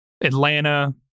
Atlanta